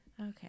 Okay